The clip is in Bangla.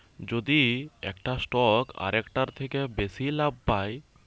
যদি একটা স্টক আরেকটার থেকে বেশি লাভ পায়